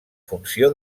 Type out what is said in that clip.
funció